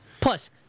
Plus